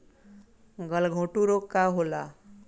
गलघोंटु रोग का होला?